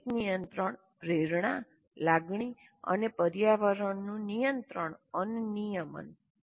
સ્વૈચ્છિક નિયંત્રણ પ્રેરણા લાગણી અને પર્યાવરણનું નિયંત્રણ અને નિયમન